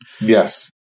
Yes